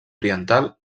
oriental